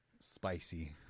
spicy